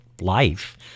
life